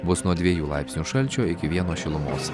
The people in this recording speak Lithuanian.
bus nuo dviejų laipsnių šalčio iki vieno šilumos